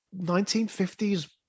1950s